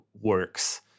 works